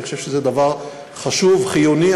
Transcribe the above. אני חושב שזה דבר חשוב, חיוני.